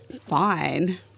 fine